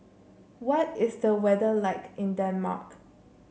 what is the weather like in Denmark